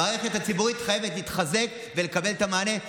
המערכת הציבורית חייבת להתחזק ולקבל את המענה.